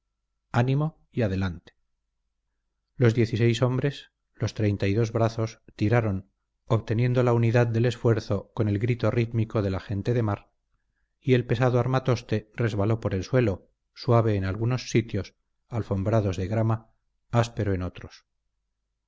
ánimo y adelante los diez y seis hombres los treinta y dos brazos tiraron obteniendo la unidad del esfuerzo con el grito rítmico de la gente de mar y el pesado armatoste resbaló por el suelo suave en algunos sitios alfombrados de grama áspero en otros